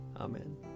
Amen